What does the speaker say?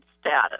status